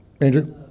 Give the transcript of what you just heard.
Andrew